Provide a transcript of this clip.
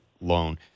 loan